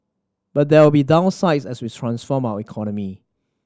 but there will be downsides as we transform our economy